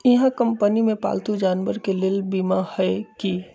इहा कंपनी में पालतू जानवर के लेल बीमा हए कि?